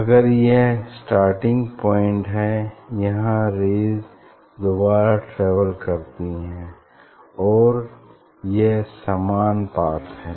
अगर यह starting point है यहाँ रेज़ दोबारा ट्रेवल करती हैं और यह समान पाथ है